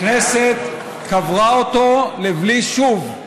הכנסת קברה אותו לבלי שוב.